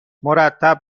مرتب